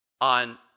on